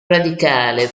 radicale